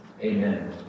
Amen